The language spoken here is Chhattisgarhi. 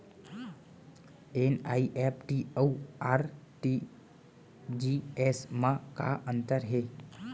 एन.ई.एफ.टी अऊ आर.टी.जी.एस मा का अंतर हे?